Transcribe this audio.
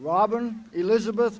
robin elizabeth